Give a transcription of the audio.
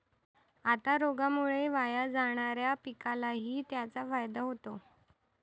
आता रोगामुळे वाया जाणाऱ्या पिकालाही त्याचा फायदा होतो